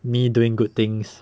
me doing good things